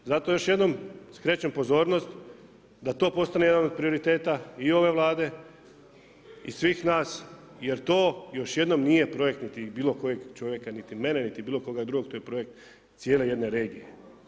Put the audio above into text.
Zato još jednom skrećem pozornost da to postane jedan od prioriteta i ove Vlade i svih nas jer to još jednom nije projekt niti bilo kojeg čovjeka ni ti mene niti bilo koga drugog, to je projekt cijele jedne regije.